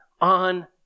on